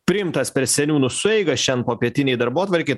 priimtas per seniūnų sueigą šian popietinėj darbotvarkėj